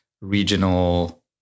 regional